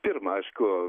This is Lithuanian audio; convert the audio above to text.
pirma aišku